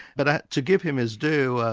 but to give him his due,